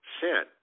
sin